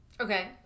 Okay